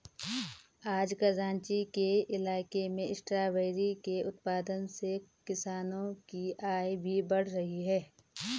आजकल राँची के इलाके में स्ट्रॉबेरी के उत्पादन से किसानों की आय भी बढ़ रही है